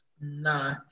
No